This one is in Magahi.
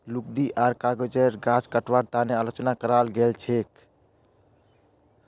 लुगदी आर कागज उद्योगेर गाछ कटवार तने आलोचना कराल गेल छेक